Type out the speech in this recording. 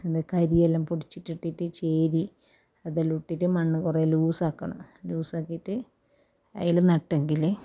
അത് കരിയെല്ലാം പൊടിച്ചിട്ടിട്ട് ചേരി അതിലോട്ടിട്ട് മണ്ണ് കുറേ ലൂസ് ആക്കണം ലൂസ് ആക്കിയിട്ട് അതിൽ നട്ടെങ്കിലേ